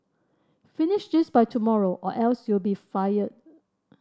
finish this by tomorrow or else you'll be fired